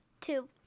Two